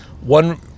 one